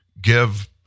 give